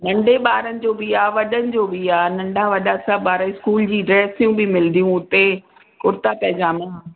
नंढे ॿारनि जो बि आहे वॾनि जो बि आहे नंढा वॾा सभु ॿार स्कूल जी ड्रेसियूं बि मिलदियूं हुते कुर्ता पैजामा